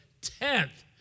tenth